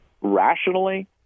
rationally